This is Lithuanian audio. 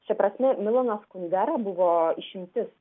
šia prasme milanas kundera buvo išimtis